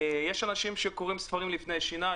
יש אנשים שקוראים ספרים לפני השינה,